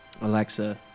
Alexa